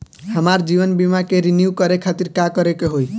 हमार जीवन बीमा के रिन्यू करे खातिर का करे के होई?